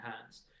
hands